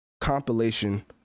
compilation